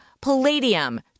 palladium